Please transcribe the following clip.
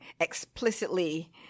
explicitly